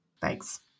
Thanks